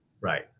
Right